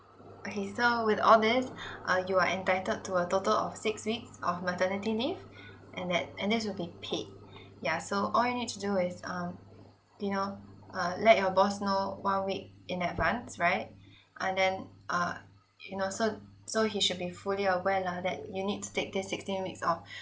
okay so with all these uh you are entitled to a total of six weeks of maternity leave and that and that should be paid yeah so all you need to do is um you know uh let your boss know one week in advance right and then err you know so so he should be fully aware lah that you need to take this sixteen weeks of